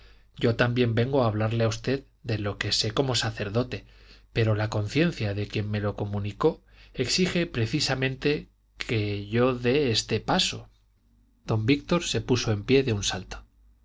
yo también vengo a hablarle a usted de lo que sé como sacerdote pero la conciencia de quien me lo comunicó exige precisamente que yo dé este paso don víctor se puso en pie de un salto